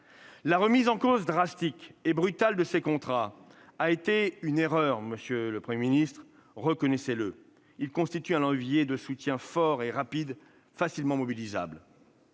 La remise en cause drastique et brutale de ces contrats a été une erreur, monsieur le Premier ministre. Reconnaissez-le. Ils constituent un levier de soutien fort et rapide, facilement mobilisable.